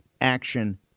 action